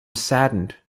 saddened